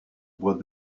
bois